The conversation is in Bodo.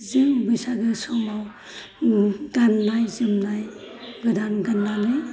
जों बैसागो समाव गाननाय जोमनाय गोदान गाननानै